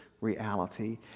reality